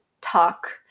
talk